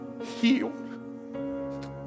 healed